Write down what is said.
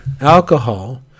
alcohol